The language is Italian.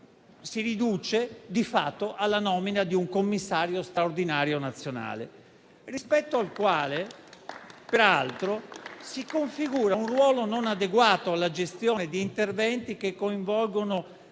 si riduce di fatto alla nomina di un commissario straordinario nazionale, rispetto al quale peraltro si configura un ruolo non adeguato alla gestione di interventi che coinvolgono